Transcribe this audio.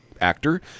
actor